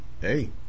Hey